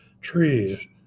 trees